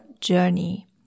journey